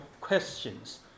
questions